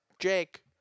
Jake